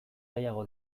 gehiago